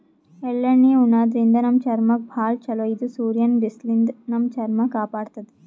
ಎಳ್ಳಣ್ಣಿ ಉಣಾದ್ರಿನ್ದ ನಮ್ ಚರ್ಮಕ್ಕ್ ಭಾಳ್ ಛಲೋ ಇದು ಸೂರ್ಯನ್ ಬಿಸ್ಲಿನ್ದ್ ನಮ್ ಚರ್ಮ ಕಾಪಾಡತದ್